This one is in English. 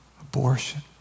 abortion